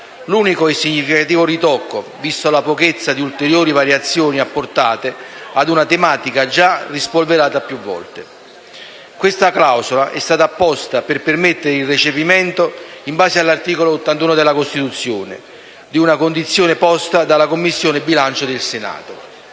l'unico e significativo ritocco, vista la pochezza di ulteriori variazioni apportate a una tematica già rispolverata più volte. Questa clausola è stata apposta per permettere il recepimento, in base all'articolo 81 della Costituzione, di una condizione posta dalla Commissione bilancio del Senato;